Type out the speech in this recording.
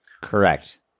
Correct